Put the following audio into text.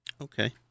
Okay